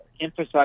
emphasize